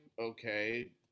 okay